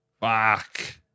Fuck